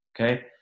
okay